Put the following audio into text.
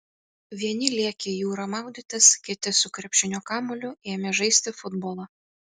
vieni lėkė į jūrą maudytis kiti su krepšinio kamuoliu ėmė žaisti futbolą